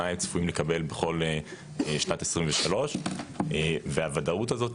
מה הם צפויים לקבל בכל שנת 2023. הוודאות הזאת